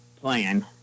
plan